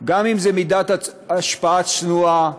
גם אם זו מידת השפעה צנועה,